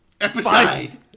Episode